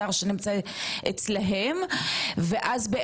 ויכול להיות שהם מפסידים,